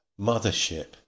Mothership